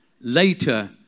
Later